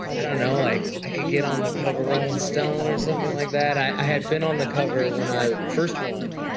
i don't know, like i can get on the cover of rolling stone or something like that. i had been on the cover when i first won